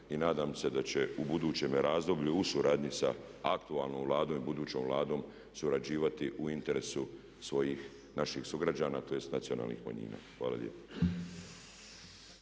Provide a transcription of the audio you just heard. Nadam se da će u budućem razdoblju u suradnji sa aktualnom Vladom i budućom Vladom surađivati u interesu svojih/naših sugrađana tj. nacionalnih manjina. Hvala lijepa.